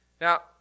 Now